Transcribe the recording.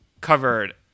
covered